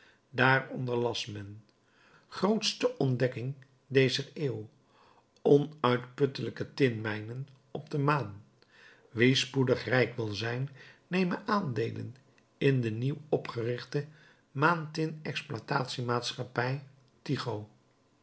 daaronder las men grootste ontdekking dezer eeuw onuitputtelijke tinmijnen op de maan wie spoedig rijk wil zijn neme aandeelen in de nieuw opgerichte maan tin exploitatie maatschappij tycho